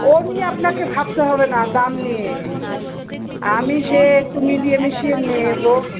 ও নিয়ে আপনাকে ভাবতে হবে না দাম নিয়ে আমি সে একটু মিলিয়ে মিশিয়ে নেবো